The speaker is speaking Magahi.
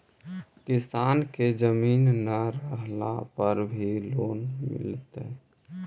किसान के जमीन न रहला पर भी लोन मिलतइ?